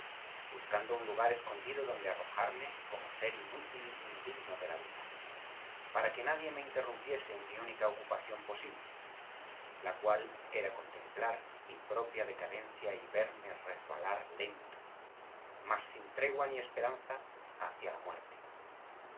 buscando un lugar escondido donde arrojarme como ser inútil indigno de la vida para que nadie me interrumpiese en mi única ocupación posible la cual era contemplar mi propia decadencia y verme resbalar lento mas sin tregua ni esperanza hacia la muerte